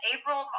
April